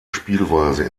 spielweise